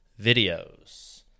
videos